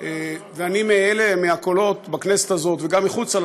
אני מהקולות בכנסת הזאת וגם מחוץ לה